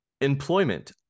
Employment